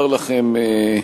אני רוצה לומר לכם,